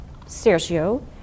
Sergio